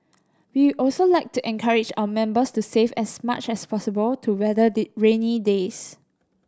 we also like to encourage our members to save as much as possible to weather did rainy days